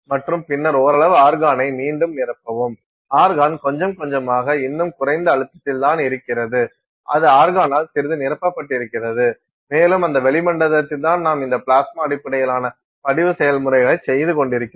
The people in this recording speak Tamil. மற்றும் பின்னர் ஓரளவு ஆர்கான்னை மீண்டும் நிரப்பவும் ஆர்கான் கொஞ்சம் கொஞ்சமாக இன்னும் குறைந்த அழுத்தத்தில் தான் இருக்கிறது அது ஆர்கானால் சிறிது நிரப்பப்பட்டிருக்கிறது மேலும் அந்த வளிமண்டலத்தில்தான் நாம் இந்த பிளாஸ்மா அடிப்படையிலான படிவு செயல்முறையைச் செய்து கொண்டிருக்கிறோம்